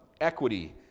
equity